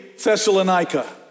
Thessalonica